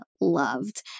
loved